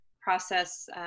process